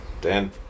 Dan